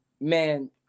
man